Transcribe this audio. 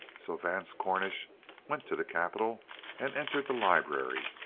so vance cornish went to the capitol and entered the library.